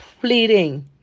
pleading